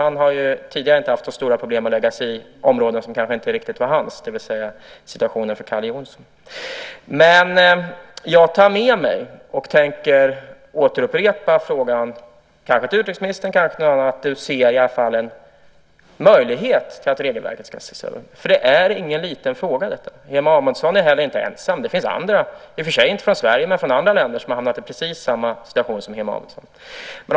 Han har ju tidigare inte haft så stora problem att lägga sig i områden som kanske inte riktigt varit hans, såsom situationen för Calle Jonsson. Men jag tar med mig detta, och jag tänker upprepa frågan kanske till utrikesministern, kanske till någon annan. Nu ser jag i alla fall en möjlighet till att regelverket ska ses över. Detta är nämligen ingen liten fråga. Hemo Amedsson är heller inte ensam. Det finns också andra, i och för sig inte från Sverige men från andra länder, som hamnat i samma situation som han.